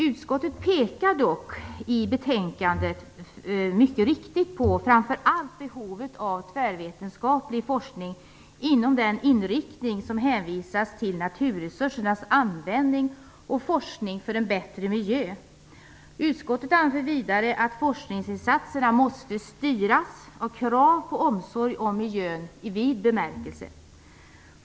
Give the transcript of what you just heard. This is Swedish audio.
Utskottet pekar dock i betänkandet mycket riktigt på framför allt behovet av tvärvetenskaplig forskning inom den inriktning som hänvisas till naturresursernas användning och forskning för en bättre miljö. Utskottet anför vidare att forskningsinsatserna måste styras och att krav måste ställas på omsorg om miljön i vid bemärkelse.